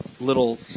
little